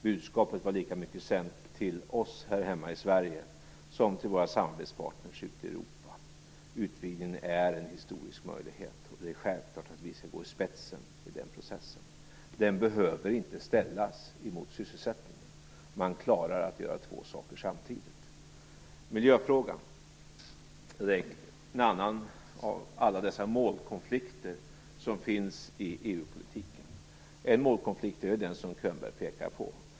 Budskapet var lika mycket sänt till oss här hemma i Sverige som till våra samvetspartner ute i Europa. Utvidgningen är en historisk möjlighet. Det är självklart att vi skall gå i spetsen i den processen. Den behöver inte ställas mot sysselsättningen. Man klarar att göra två saker samtidigt. Miljöfrågan är en annan av alla dessa målkonflikter som finns i EU-politiken. En målkonflikt är den som Bo Könberg pekar på.